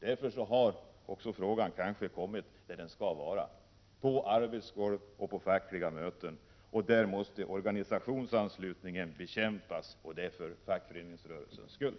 Därför har frågan kanske också hamnat där den skall vara, nämligen på golvet och på fackliga möten. Där måste organisationsanslutningen bekämpas för fackföreningsrörelsens skull.